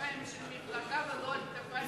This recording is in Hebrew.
הכתפיים של מפלגה ולא על הכתפיים של ממשלה.